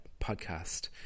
podcast